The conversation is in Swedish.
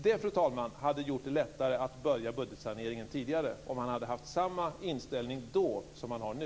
Det skulle, fru talman, ha gjort det lättare att börja med budgetsaneringen tidigare om han hade haft samma inställning då som han har nu.